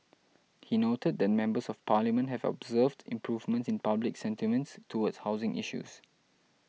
he noted that Members of Parliament have observed improvements in public sentiments towards housing issues